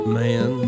man